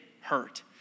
hurt